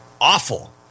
awful